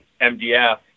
MDF